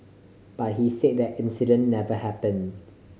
but he say that incident never happen